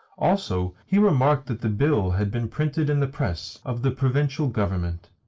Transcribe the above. also, he remarked that the bill had been printed in the press of the provincial government.